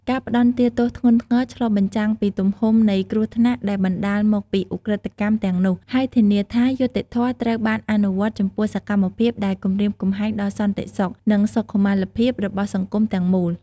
ការផ្តន្ទាទោសធ្ងន់ធ្ងរឆ្លុះបញ្ចាំងពីទំហំនៃគ្រោះថ្នាក់ដែលបណ្តាលមកពីឧក្រិដ្ឋកម្មទាំងនោះ ហើយធានាថាយុត្តិធម៌ត្រូវបានអនុវត្តចំពោះសកម្មភាពដែលគំរាមកំហែងដល់សន្តិសុខ និងសុខុមាលភាពរបស់សង្គមទាំងមូល។